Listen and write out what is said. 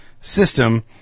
system